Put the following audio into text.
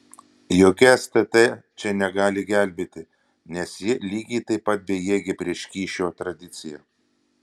jokia stt čia negali gelbėti nes ji lygiai taip pat bejėgė prieš kyšio tradiciją